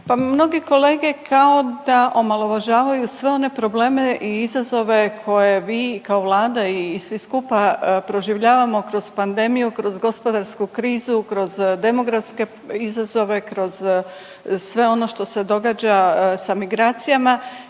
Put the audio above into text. mnogi kolege kao da omalovažavaju sve one probleme i izazove koje vi kao vlada i svi skupa proživljavamo kroz pandemiju, kroz gospodarsku krizu, kroz demografske izazove, kroz sve ono što se događa sa migracijama